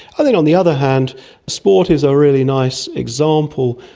i think on the other hand sport is a really nice example,